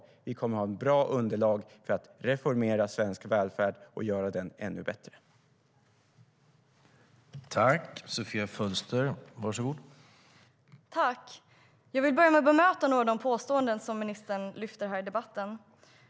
Vi kommer att ha ett bra underlag för att reformera svensk välfärd och göra den ännu bättre.